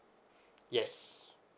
yes